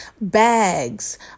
bags